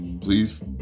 Please